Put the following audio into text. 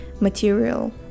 material